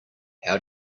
how